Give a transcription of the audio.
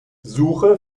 suche